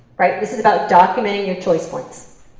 like this is about documenting your choice points.